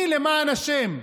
מי, למען השם?